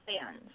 fans